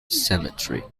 cemetery